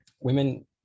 women